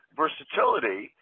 versatility